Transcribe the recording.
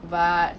but